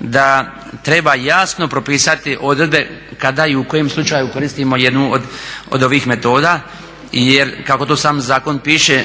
da treba jasno propisati odredbe kada i u kojem slučaju koristimo jednu od ovih metoda. Jer kako to sam zakon piše